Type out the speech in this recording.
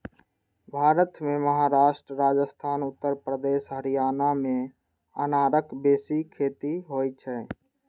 भारत मे महाराष्ट्र, राजस्थान, उत्तर प्रदेश, हरियाणा मे अनारक बेसी खेती होइ छै